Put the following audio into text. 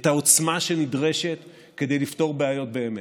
את העוצמה שנדרשת כדי לפתור בעיות באמת.